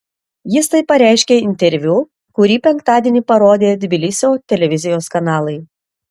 jis tai pareiškė interviu kurį penktadienį parodė tbilisio televizijos kanalai